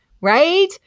right